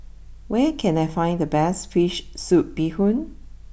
where can I find the best Fish Soup Bee Hoon